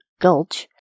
gulch